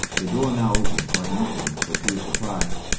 the door now opened quite easily, but to his surprise,